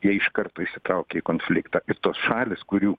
jie iš karto įsitraukia į konfliktą ir tos šalys kurių